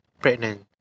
pregnant